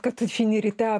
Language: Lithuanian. kad tu išeini ryte